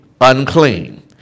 unclean